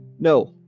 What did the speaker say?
No